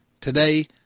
today